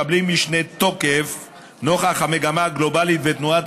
מקבלים משנה תוקף נוכח המגמה הגלובלית ותנועת